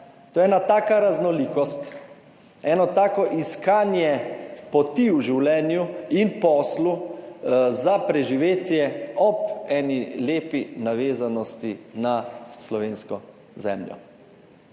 To je ena taka raznolikost, eno tako iskanje poti v življenju in poslu za preživetje ob eni lepi navezanosti na slovensko zemljo.